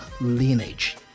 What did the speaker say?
lineage